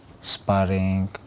sparring